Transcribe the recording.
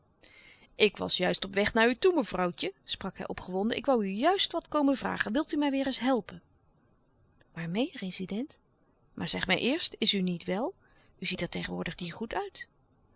ik was juist op weg naar u toe mevrouwtje sprak hij opgewonden ik woû u juist wat komen vragen wil u mij weêr eens helpen waarmeê rezident maar zeg mij eerst is u niet wel u ziet er tegenwoordig niet goed uit